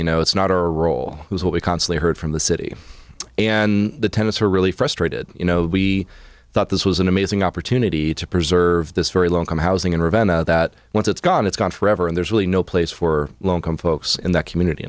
you know it's not our role will be consulate heard from the city and the tenets are really frustrated you know we thought this was an amazing opportunity to preserve this very low income housing in ravenna that once it's gone it's gone forever and there's really no place for low income folks in that community